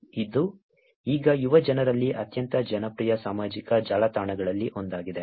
ಇದು ಈಗ ಯುವಜನರಲ್ಲಿ ಅತ್ಯಂತ ಜನಪ್ರಿಯ ಸಾಮಾಜಿಕ ಜಾಲತಾಣಗಳಲ್ಲಿ ಒಂದಾಗಿದೆ